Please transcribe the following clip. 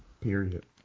Period